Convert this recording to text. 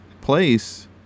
place